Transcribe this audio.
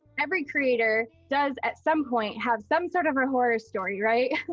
every creator does at some point have some sort of a horror story, right?